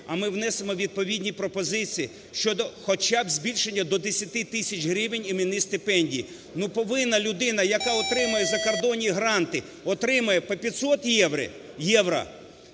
а ми внесемо відповідні пропозиції щодо хоча б збільшення до 10 тисяч гривень іменні стипендії. Ну, повинна людина, яка отримує закордонні гранти, отримує по 500 євро,